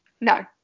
no